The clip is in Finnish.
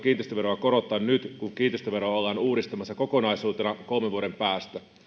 kiinteistöveroa korottaa nyt kun kiinteistöveroa ollaan uudistamassa kokonaisuutena kolmen vuoden päästä